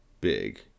big